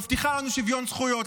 מבטיחה לנו שוויון זכויות.